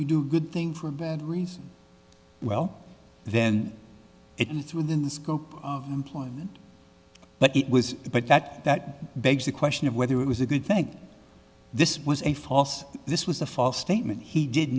you do good thing for a bad reason well then it and threw it in the scope of employment but it was but that that begs the question of whether it was a good thing this was a false this was a false statement he did